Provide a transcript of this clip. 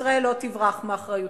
ישראל לא תברח מאחריותה.